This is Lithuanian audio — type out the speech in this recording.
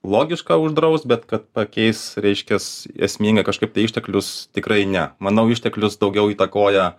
logiška uždraust bet kad pakeis reiškias esmingai kažkaip tai išteklius tikrai ne manau išteklius daugiau įtakoja